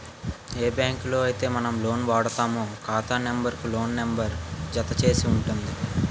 ఏ బ్యాంకులో అయితే మనం లోన్ వాడుతామో ఖాతా నెంబర్ కు లోన్ నెంబర్ జత చేసి ఉంటుంది